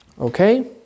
Okay